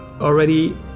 already